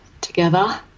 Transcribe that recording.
together